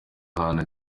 ahantu